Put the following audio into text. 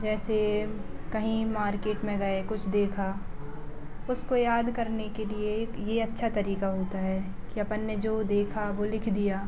जैसे कहीं मार्केट में गए कुछ देखा उसको याद करने के लिए अच्छा तरीका होता है कि अपन ने जो देखा वह लिख दिया